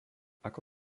ako